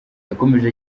yakomeje